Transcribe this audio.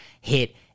hit